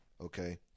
Okay